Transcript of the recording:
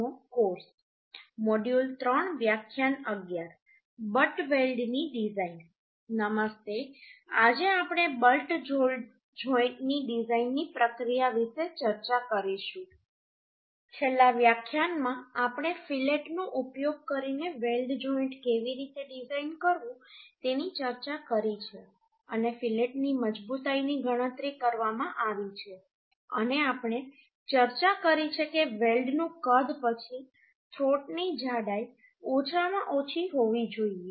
નમસ્તે આજે આપણે બટ જોઈન્ટની ડિઝાઈનની પ્રક્રિયા વિશે ચર્ચા કરીશું છેલ્લા વ્યાખ્યાનમાં આપણે ફિલેટનો ઉપયોગ કરીને વેલ્ડ જોઈન્ટ કેવી રીતે ડિઝાઈન કરવું તેની ચર્ચા કરી છે અને ફિલેટની મજબૂતાઈની ગણતરી કરવામાં આવી છે અને આપણે ચર્ચા કરી છે કે વેલ્ડનું કદ પછી થ્રોટની જાડાઈ ઓછામાં ઓછી હોવી જોઈએ